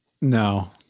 No